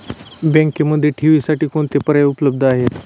बँकेमध्ये ठेवींसाठी कोणते पर्याय उपलब्ध आहेत?